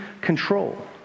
control